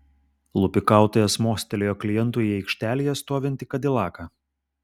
lupikautojas mostelėjo klientui į aikštelėje stovintį kadilaką